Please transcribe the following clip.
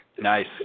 nice